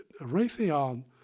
Raytheon